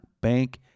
bank